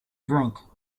drink